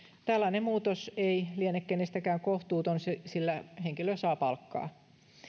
tällainen muutos ei liene kenestäkään kohtuuton sillä henkilö saa palkkaa